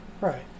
Right